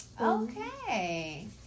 Okay